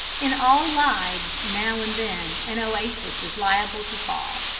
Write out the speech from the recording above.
in all lives now and then an oasis is liable to fall.